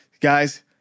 Guys